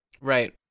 right